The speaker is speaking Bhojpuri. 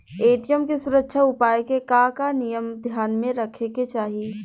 ए.टी.एम के सुरक्षा उपाय के का का नियम ध्यान में रखे के चाहीं?